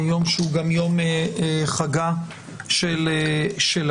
יום שהוא גם יום חגה של הכנסת.